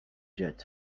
jet